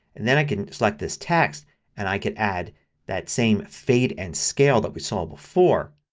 and then i can select this text and i can add that same fade and scale that we saw before.